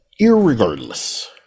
Irregardless